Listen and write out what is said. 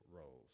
roles